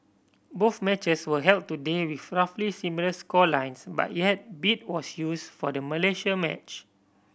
both matches were held today with roughly similar score lines but yet beat was use for the Malaysia match